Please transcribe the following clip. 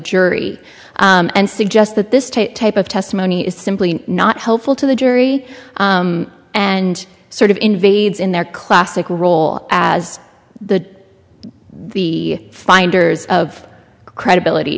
jury and suggest that this type of testimony is simply not helpful to the jury and sort of invades in their classic role as the the finders of credibility